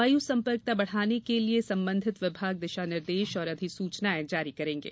वायु सम्पर्कता बढ़ाने के लिये संबंधित विभाग दिशा निर्देश और अधिसूचनाएँ जारी करेंगे